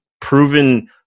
proven